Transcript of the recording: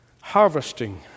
harvesting